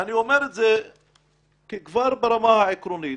ואני אומר את זה כי כבר ברמה העקרונית,